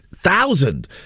Thousand